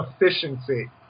efficiency